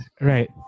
right